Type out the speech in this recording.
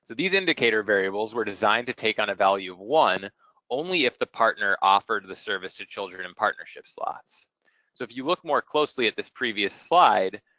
these indicator variables were designed to take on a value of one only if the partner offered the service to children in partnership slots. so if you look more closely at this previous slide,